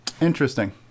Interesting